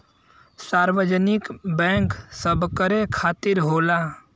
सार्वजनिक बैंक सबकरे खातिर होला